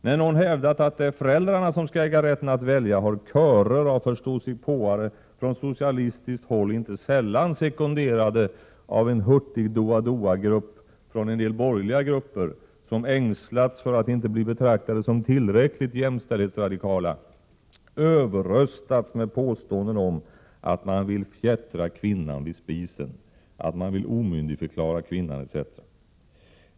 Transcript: När någon hävdat att det är föräldrarna som skall äga rätten att välja har körer av förståsigpåare från socialistiskt håll, inte sällan sekonderade av en hurtig doa-doagrupp från en del borgerliga kretsar, som ängslats för att inte bli betraktade såsom tillräckligt jämställdhetsradikala, överröstats med påståenden om att man vill fjättra kvinnan vid spisen, att man vill omyndigförklara kvinnan etc.